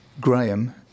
Graham